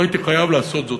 לא הייתי חייב לעשות זאת,